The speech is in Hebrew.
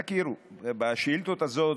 לביטחון הלאומי של מדינת ישראל.